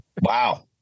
Wow